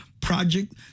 project